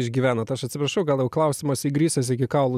išgyvenot aš atsiprašau gal jau klausimas įgrisęs iki kaulų